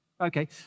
Okay